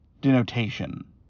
denotation